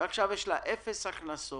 עכשיו יש לה אפס הכנסות